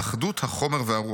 באחדות החומר והרוח'.